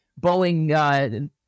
Boeing